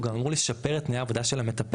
הוא גם אמור לשפר את תנאי העבודה של המטפלת,